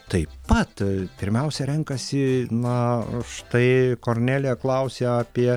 taip pat pirmiausia renkasi na štai kornelija klausė apie